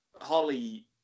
holly